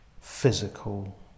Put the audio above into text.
physical